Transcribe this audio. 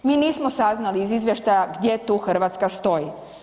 Mi nismo saznali iz izvještaja gdje tu Hrvatska stoji.